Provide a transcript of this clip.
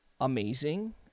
amazing